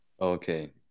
Okay